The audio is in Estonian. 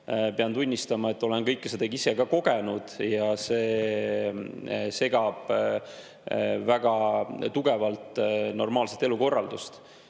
pean tunnistama, et olen kõike seda ka ise kogenud ja see segab väga tugevalt normaalset elukorraldust.